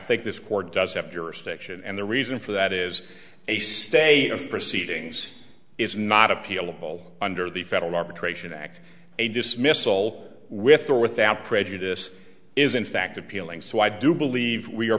think this court does have jurisdiction and the reason for that is a state of proceedings is not appealable under the federal arbitration act a dismissal with or without prejudice is in fact appealing so i do believe we are